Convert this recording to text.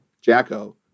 Jacko